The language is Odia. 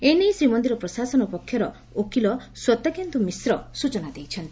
ଏନେଇ ଶ୍ରୀମନ୍ଦିର ପ୍ରଶାସନ ପକ୍ଷର ଓକିଲ ଶ୍ୱେତକେନ୍ଦୁ ମିଶ୍ର ସୂଚନା ଦେଇଛନ୍ତି